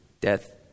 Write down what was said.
Death